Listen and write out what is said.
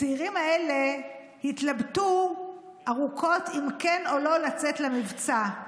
הצעירים האלה התלבטו ארוכות אם כן או לא לצאת למבצע.